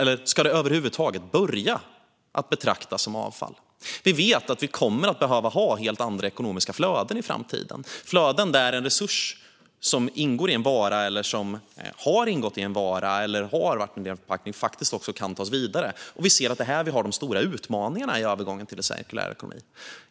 Eller ska det över huvud taget börja betraktas som avfall? Vi vet att vi kommer att behöva ha helt andra ekonomiska flöden i framtiden. Det är flöden där en resurs som ingår i en vara, som har ingått i en vara eller som har varit en del av en förpackning också kan tas vidare. Vi ser att det är här vi har de stora utmaningarna i övergången till en cirkulär ekonomi.